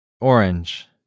Orange